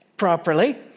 properly